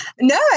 No